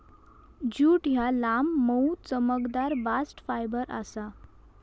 jute ह्या लांब, मऊ, चमकदार बास्ट फायबर आसा